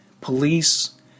police